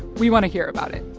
we want to hear about it.